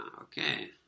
okay